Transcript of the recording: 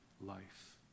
life